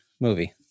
movie